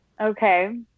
Okay